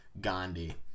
Gandhi